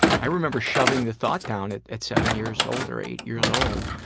i remember shoving the thought down at at seven years old or eight years old.